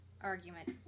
argument